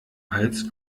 als